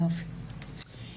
יופי.